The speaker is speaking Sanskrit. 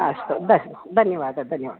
अस्तु दस् धन्यवादः धन्यवादः